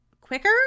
quicker